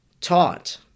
taught